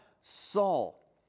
Saul